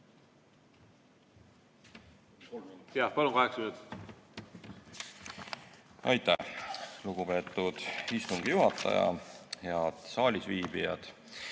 Aitäh, lugupeetud istungi juhataja! Head saalis viibijad